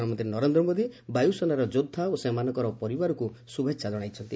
ପ୍ରଧାନମନ୍ତୀ ନରେନ୍ଦ୍ର ମୋଦୀ ବାୟୁସେନାର ଯୋବ୍ଧା ଓ ସେମାନଙ୍କର ପରିବାରକୁ ଶୁଭେଛା କଣାଇଛନ୍ତି